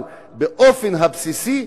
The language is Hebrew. אבל באופן הבסיסי,